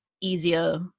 easier